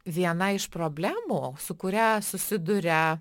viena iš problemų su kuria susiduria